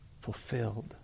fulfilled